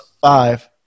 five